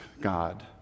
God